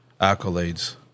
accolades